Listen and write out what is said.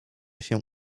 się